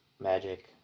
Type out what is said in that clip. magic